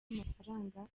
amafaranga